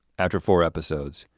after four episodes,